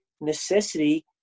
necessity